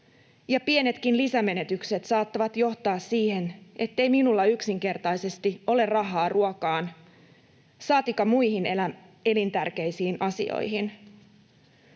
pienetkin lisämenetykset saattavat johtaa siihen, ettei minulla yksinkertaisesti ole rahaa ruokaan saatikka muihin elintärkeisiin asioihin.